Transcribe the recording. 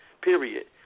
Period